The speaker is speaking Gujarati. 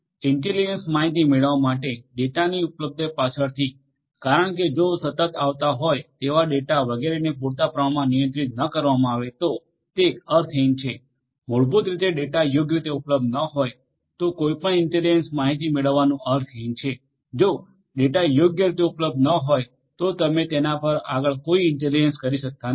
તેથી ઇન્ટેલિજન્સ માહિતી મેળવવા માટે ડેટાની ઉપલબ્ધતા પાછળથી કારણ કે જો સતત આવતા હોય તેવા ડેટા વગેરેને પૂરતા પ્રમાણમાં નિયંત્રિત ન કરવામાં આવે તો તે અર્થહીન છે મૂળભૂત રીતે ડેટા યોગ્ય રીતે ઉપલબ્ધ ન હોય તો કોઈપણ ઇન્ટેલિજન્સ માહિતી મેળવવાનું અર્થહીન છે જો ડેટા યોગ્ય રીતે ઉપલબ્ધ ન હોય તો તમે તેના પર આગળ કોઈ ઇન્ટેલિજન્સ કરી શકતા નથી